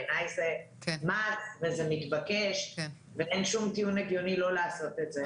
בעיני זה מתבקש ואין שום טיעון הגיוני לא לעשות את זה.